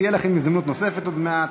תהיה לכם הזדמנות נוספת עוד מעט.